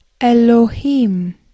Elohim